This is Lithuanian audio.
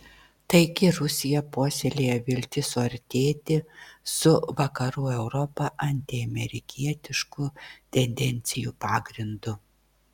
taigi rusija puoselėja viltis suartėti su vakarų europa antiamerikietiškų tendencijų pagrindu